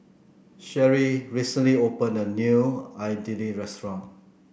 Sherri recently opened a new Idili restaurant